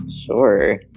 Sure